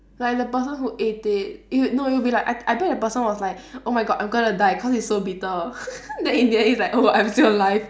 like the person who eat it you no you'll be like I I bet the person was like oh my god I'm gonna die cause it's so bitter then in the end he's like oh I'm still alive